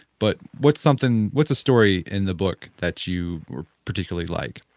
but what's something what's a story in the book that you particularly like?